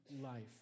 life